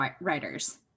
writers